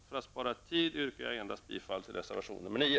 För att spara tid yrkar jag endast bifall till reservation nr 9.